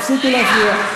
תפסיקו להפריע.